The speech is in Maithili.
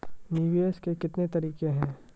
निवेश के कितने तरीका हैं?